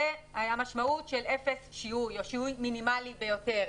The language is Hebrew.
זו המשמעות של אפס שיהוי או שיהוי מינימלי ביותר,